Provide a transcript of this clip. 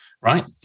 Right